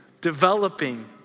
developing